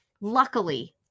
luckily